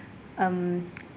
um